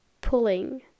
pulling